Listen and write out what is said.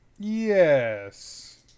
Yes